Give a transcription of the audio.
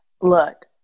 Look